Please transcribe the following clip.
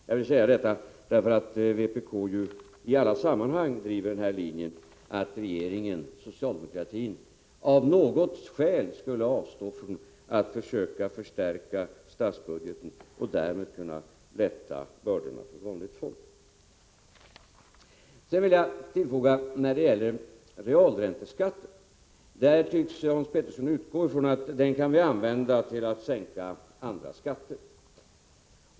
Jag vill säga detta därför att vpk i alla sammanhang driver linjen att regeringen, socialdemokratin, av något skäl skulle avstå från att försöka förstärka statsbudgeten och därmed lätta bördorna för vanligt folk. När det gäller realränteskatten tycks Hans Petersson utgå ifrån att vi kan använda den till att sänka andra skatter.